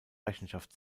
rechenschaft